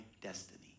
destiny